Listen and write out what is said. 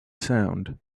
sound